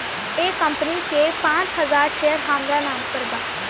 एह कंपनी के पांच हजार शेयर हामरा नाम पर बा